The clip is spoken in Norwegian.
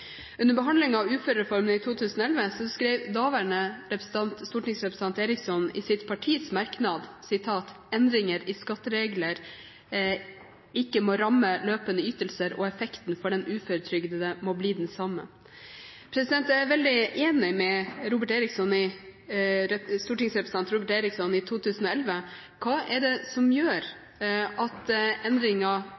Under behandlingen av uførereformen i 2011 skrev daværende stortingsrepresentant Eriksson i sitt partis merknad at «endringer i skatteregler ikke må ramme løpende ytelser og effekten for den uføretrygdede må bli den samme». Jeg er veldig enig med stortingsrepresentant Robert Eriksson i 2011. Hva er det som gjør at endringen i oppfatning har skjedd siden 2011? Hva er det som